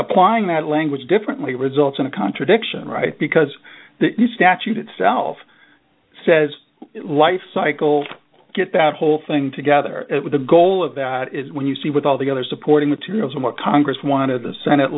applying that language differently results in a contradiction right because the statute itself says lifecycle get that whole thing together with the goal of that is when you see with all the other supporting materials and what congress wanted the senate